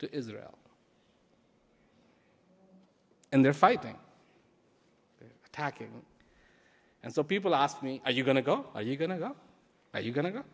to israel and they're fighting attacking and so people ask me are you going to go are you going to go